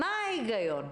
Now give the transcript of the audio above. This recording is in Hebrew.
מה ההיגיון?